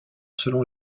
selon